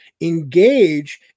engage